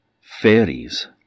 fairies